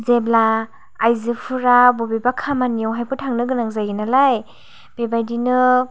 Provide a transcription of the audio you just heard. जेब्ला आयजोफोरा बबेबा खामानियावहायबो थांनो गोनां जायो नालाय बेबायदिनो